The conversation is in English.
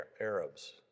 Arabs